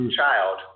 child